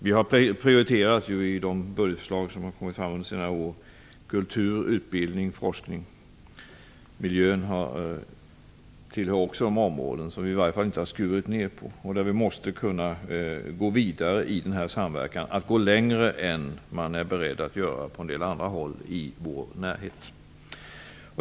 Vi har i de budgetförslag som lagts fram på senare år prioriterat kultur, utbildning och forskning, och miljön tillhör också de områden som vi inte har skurit ner på. Där måste vi kunna gå vidare i samverkan och gå längre än man är beredd att göra på en del andra håll i vår närhet.